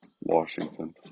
Washington